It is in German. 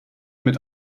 mit